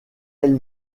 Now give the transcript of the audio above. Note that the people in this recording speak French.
elle